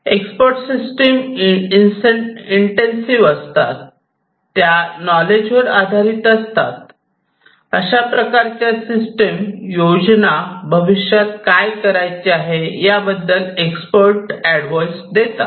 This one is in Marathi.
एक्सपर्ट सिस्टम इंटेन्सिव्ह असतात त्या नॉलेज वर आधारित असतात अशा प्रकारच्या सिस्टम योजना भविष्यात काय करायचे आहे याबद्दल एक्सपर्ट अँडव्हॉइस देतात